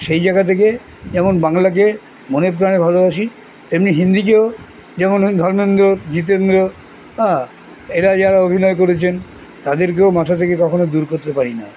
সেই জায়গা থেকে যেমন বাংলাকে মনে প্রাণে ভালোবাসি তেমনি হিন্দিকেও যেমন ধর্মেন্দ্র জিতেন্দ্র হ্যাঁ এরা যারা অভিনয় করেছেন তাদেরকেও মাথা থেকে কখনো দূর করতে পারি না